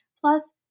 Plus